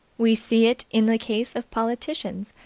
we see it in the case of politicians,